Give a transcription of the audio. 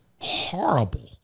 horrible